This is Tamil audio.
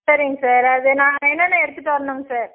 சரிங்க சார் அது நான் என்னென்ன எடுத்துட்டு வரணும்ங்க சார்